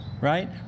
Right